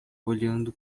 olhando